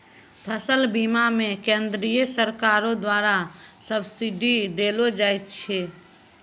फसल बीमा मे केंद्रीय सरकारो द्वारा सब्सिडी देलो जाय छै